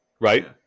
right